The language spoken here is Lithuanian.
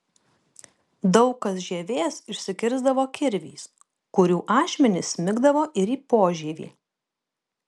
daug kas žievės išsikirsdavo kirviais kurių ašmenys smigdavo ir į požievį